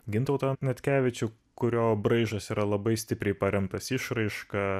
gintautą natkevičių kurio braižas yra labai stipriai paremtas išraiška